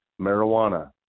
marijuana